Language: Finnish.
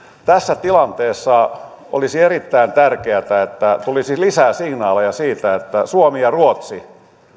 tässä tilanteessa olisi erittäin tärkeätä että tulisi lisää signaaleja siitä että suomi ja ruotsi